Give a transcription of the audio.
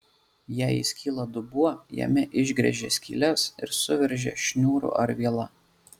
jei įskyla dubuo jame išgręžia skyles ir suveržia šniūru ar viela